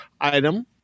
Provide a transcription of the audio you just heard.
item